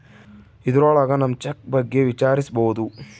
ಇದ್ರೊಳಗ ನಮ್ ಚೆಕ್ ಬಗ್ಗೆ ವಿಚಾರಿಸ್ಬೋದು